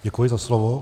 Děkuji za slovo.